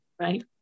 right